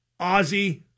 ozzy